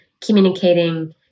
communicating